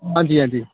हां जी हां जी